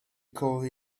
called